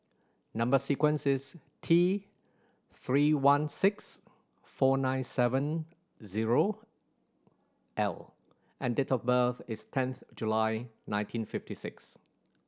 number sequence is T Three one six four nine seven zero L and date of birth is tenth July nineteen fifty six